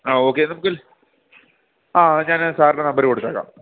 ആ ഓക്കെ നമക്ക് ആ ഞാന് സാറിൻ്റെ നമ്പര് കൊടുത്തേക്കാം